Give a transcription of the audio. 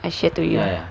I share to you